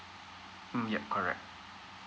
mm yup correct